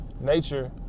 nature